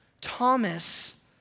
Thomas